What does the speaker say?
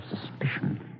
suspicion